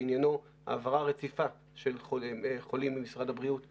שעניינו העברה רציפה של חולים ממשרד הבריאות לשב"כ,